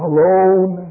Alone